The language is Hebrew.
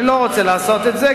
אני לא רוצה לעשות את זה,